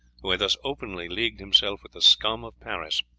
who had thus openly leagued himself with the scum of paris.